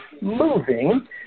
moving